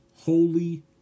holy